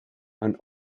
and